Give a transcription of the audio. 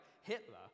Hitler